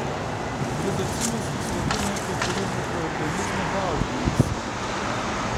lizocimas slopina kai kurių mikroorganizmų dauginimąsi